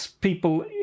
People